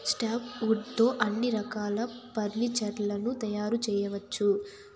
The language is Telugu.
సాఫ్ట్ వుడ్ తో అన్ని రకాల ఫర్నీచర్ లను తయారు చేయవచ్చు